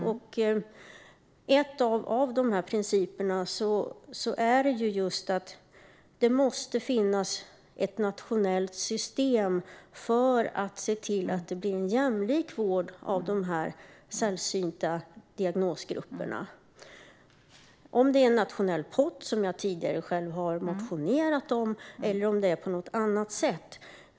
En av principerna är att det måste finnas ett nationellt system för att man ska se till att det blir en jämlik vård för grupper med sällsynta diagnoser. Det kan kanske vara en nationell pott, som jag själv tidigare har motionerat om, eller det kanske kan göras på något annat sätt.